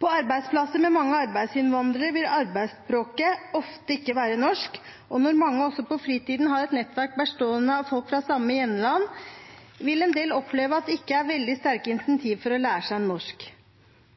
På arbeidsplasser med mange arbeidsinnvandrere vil arbeidsspråket ofte ikke være norsk, og når mange også på fritiden har et nettverk bestående av folk fra samme hjemland, vil en del oppleve at det ikke er veldig sterke insentiver for å lære seg norsk.